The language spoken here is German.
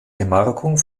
gemarkung